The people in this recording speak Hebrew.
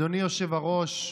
אדוני היושב-ראש,